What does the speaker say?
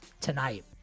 tonight